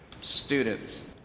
students